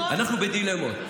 אנחנו בדילמות.